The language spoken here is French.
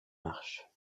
marche